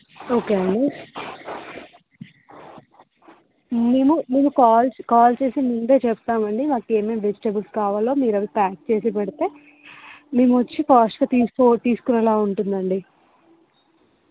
okay అండి మేము మేము కాల్ చే కాల్ చేసి ముందే చెప్తాం అండి మాకు ఏమేమి వెజిటెబుల్స్ కావాలో మీరు అవి ప్యాక్ చేసి పెడితే మేము వచ్చి ఫాస్ట్గా తీసుకొ తీసుకొనేలాగా ఉంటుంది అండి